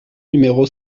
numéro